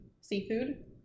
seafood